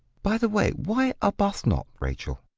by the way, why arbuthnot, rachel?